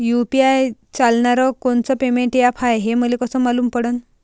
UPI चालणारं कोनचं payment app हाय, हे मले कस मालूम पडन?